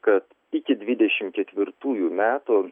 kad iki dvidešimt ketvirtųjų metų